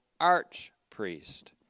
archpriest